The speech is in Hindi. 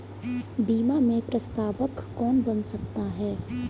बीमा में प्रस्तावक कौन बन सकता है?